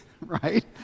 right